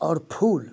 और फूल